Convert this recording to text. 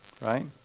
right